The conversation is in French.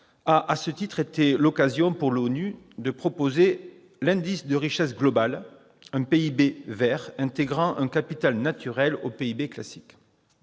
», a été l'occasion pour l'ONU de proposer un indice de richesse globale, « PIB vert » intégrant un « capital naturel » au PIB classique.